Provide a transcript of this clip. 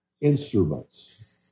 instruments